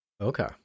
Okay